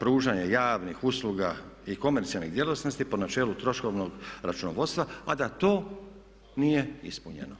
pružanja javnih usluga i komercijalnih djelatnosti po načelu troškovnog računovodstva a da to nije ispunjeno.